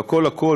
והכול-הכול,